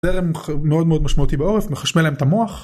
זרם מאוד מאוד משמעותי בעורף מחשמל להם את המוח.